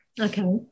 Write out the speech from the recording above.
okay